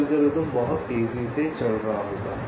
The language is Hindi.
तो एल्गोरिथ्म बहुत तेजी से चल रहा होगा